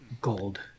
gold